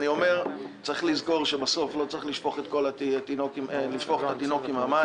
צריך לזכור שבסוף לא צריך לשפוך את התינוק עם המים.